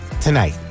tonight